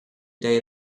day